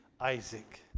Isaac